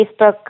Facebook